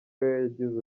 yagize